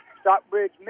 Stockbridge